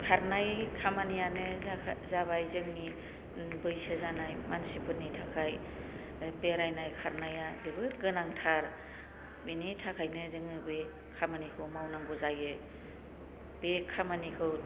खारनाय खामानियानो जाखा जाबाय जोंनि बैसो जानाय मानसिफोरनि थाखाय बेरायनाय खारनाया जोबोत गोनांथार बिनि थाखायनो जोङो बे खामानिखौ मावनांगौ जायो बे खामानिखौ